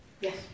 Yes